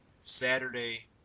Saturday